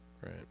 Right